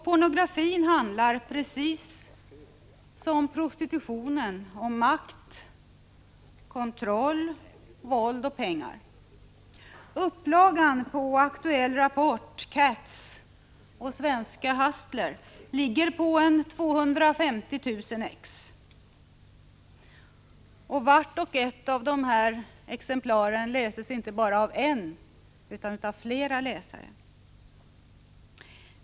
Pornografin handlar — precis som prostitutionen — om makt, kontroll, våld och pengar. Upplagan på Aktuell Rapport, Cats och Svenska Hustler ligger på 250 000 exemplar, och vart och ett av dessa exemplar läses inte bara av en utan av flera personer.